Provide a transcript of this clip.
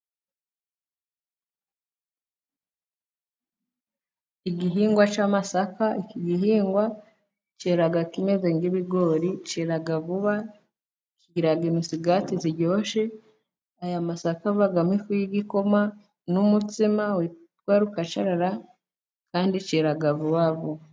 Igihingwa cy'amasaka. Iki gihingwa cyera kimeze nk'ibigori. Cyera vuba, kikagira imisigati iryoshe. Aya masaka avamo ifu y' igikoma n'umutsima witwa rukacarara, kandi kera vuba vuba.